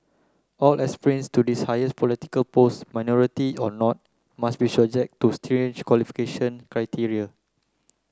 all aspirants to this highest political post minority or not must be subject to stringent qualification criteria